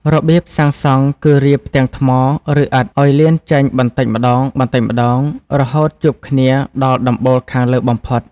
របៀបសាងសង់គឺរៀបផ្ទាំងថ្ម ឬឥដ្ឋឱ្យលៀនចេញបន្តិចម្តងៗរហូតជួបគ្នាដល់ដំបូលខាងលើបំផុត។